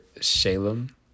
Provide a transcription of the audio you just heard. Shalem